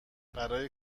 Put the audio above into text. برای